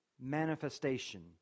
manifestation